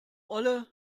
olle